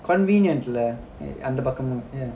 convenient lah அந்தபக்கமும்:intha pakkamum ya